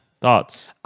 Thoughts